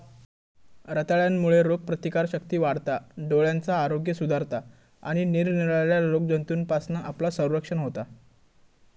रताळ्यांमुळे रोगप्रतिकारशक्ती वाढता, डोळ्यांचा आरोग्य सुधारता आणि निरनिराळ्या रोगजंतूंपासना आपला संरक्षण होता